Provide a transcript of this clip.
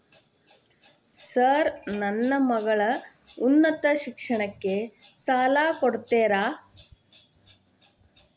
Sir ನನ್ನ ಮಗಳ ಉನ್ನತ ಶಿಕ್ಷಣಕ್ಕೆ ಸಾಲ ಕೊಡುತ್ತೇರಾ?